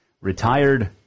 Retired